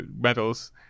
medals